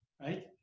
right